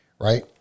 Right